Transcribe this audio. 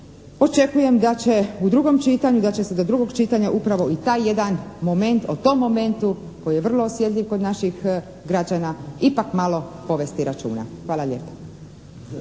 očekujem da će u drugom čitanju, da će se do drugog čitanja upravo i taj jedan moment o tom momentu koji je vrlo osjetljiv kod naših građana ipak malo povesti računa. Hvala lijepa.